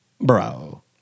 Bro